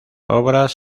obras